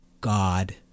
god